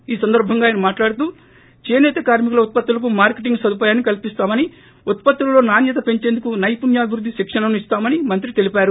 ఈ సందర్భంగా ఆయన మాట్లాడుతూ చేసేత కార్మికుల ఉత్పత్తులకు మార్కెటింగ్ సదుపాయాన్ని కల్సిస్తామని ఉత్పత్తులలో నాణ్యత పెంచేందుకు నైపుణ్యాభివృద్ది శిక్షణను ఇస్తామని మంత్రి తెలిపారు